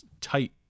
tight